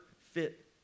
fit